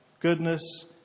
Goodness